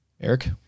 eric